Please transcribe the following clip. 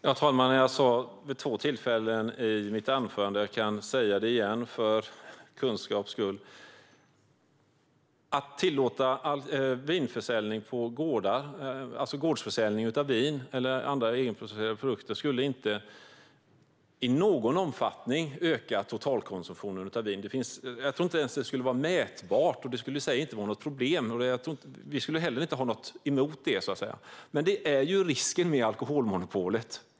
Herr talman! Jag sa det vid två tillfällen i mitt anförande, och jag kan säga det igen för kunskaps skull: Att tillåta gårdsförsäljning av vin eller andra egenproducerade produkter skulle inte i någon omfattning öka totalkonsumtionen. Jag tror inte att det ens skulle vara mätbart, och det skulle i sig inte vara något problem. Vi skulle heller inte ha något emot det. Men detta handlar om risken för alkoholmonopolet.